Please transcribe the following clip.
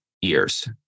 years